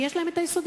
כי יש להם יסודות.